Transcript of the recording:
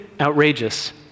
outrageous